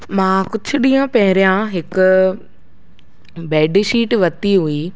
मां कुझु ॾींअं पहिरियों हिकु बेड शीट वरिती हुई